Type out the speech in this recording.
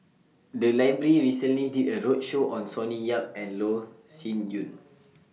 The Library recently did A roadshow on Sonny Yap and Loh Sin Yun